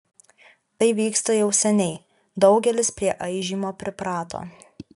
tai vyksta jau seniai daugelis prie aižymo priprato